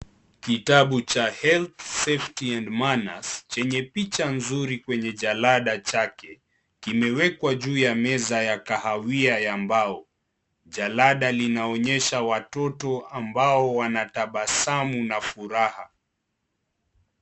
Kitabu cha health safety and manners chenye picha nzuri kwenye jalada lake kimewekwa juu ya meza ya kahawia ya mbao, jalada linaonesha watoto ambao wanatabasamu na wanafuraha.